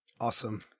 awesome